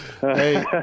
Hey